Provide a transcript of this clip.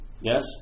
Yes